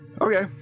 Okay